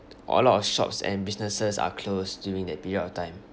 a lot of shops and businesses are closed during that period of time